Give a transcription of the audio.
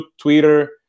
Twitter